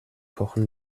kochen